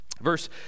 verse